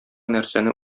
нәрсәне